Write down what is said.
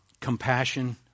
compassion